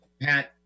Pat